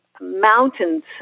mountains